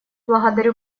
благодарю